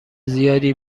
زیادی